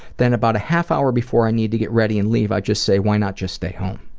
then about a half hour before i need to get ready and leave i just say, why not just stay home?